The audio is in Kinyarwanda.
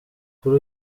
kuri